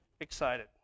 excited